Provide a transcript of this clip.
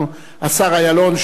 השר אילון,